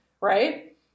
right